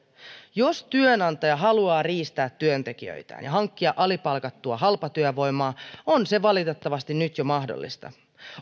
jos työnantaja haluaa riistää työntekijöitään ja hankkia alipalkattua halpatyövoimaa on se valitettavasti jo nyt mahdollista